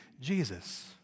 Jesus